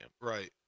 Right